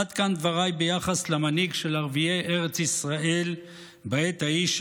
עד כאן דבריי ביחס למנהיג של ערביי ארץ ישראל בעת ההיא,